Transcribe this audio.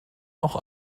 auch